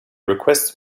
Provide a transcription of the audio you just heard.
request